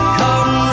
come